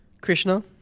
Krishna